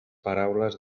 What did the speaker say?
paraules